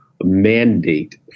mandate